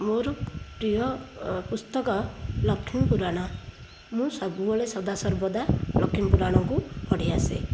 ମୋର ପ୍ରିୟ ପୁସ୍ତକ ଲକ୍ଷ୍ମୀପୁରାଣ ମୁଁ ସବୁବେଳେ ସଦାସର୍ବଦା ଲକ୍ଷ୍ମୀପୁରାଣକୁ ପଢ଼ି ଆସେ